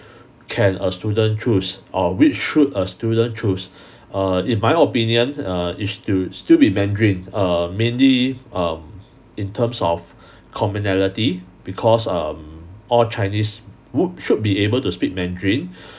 can a student choose or which should a student choose uh in my opinion uh it should still be mandarin uh mainly um in terms of commonality because um all chinese would should be able to speak mandarin